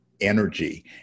energy